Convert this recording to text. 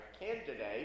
candidate